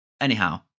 Anyhow